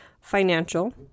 financial